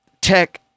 tech